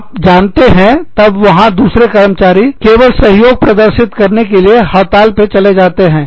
आप जानते हैं तब वहां दूसरे कर्मचारी केवल सहयोग प्रदर्शित करने के लिए हड़ताल पर चले जाते हैं